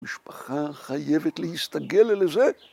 ‫המשפחה חייבת להסתגל אל זה?